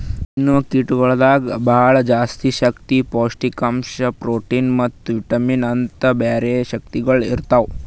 ತಿನ್ನವು ಕೀಟಗೊಳ್ದಾಗ್ ಭಾಳ ಜಾಸ್ತಿ ಶಕ್ತಿ, ಪೌಷ್ಠಿಕಾಂಶ, ಪ್ರೋಟಿನ್ ಮತ್ತ ವಿಟಮಿನ್ಸ್ ಅಂತ್ ಬ್ಯಾರೆ ಶಕ್ತಿಗೊಳ್ ಇರ್ತಾವ್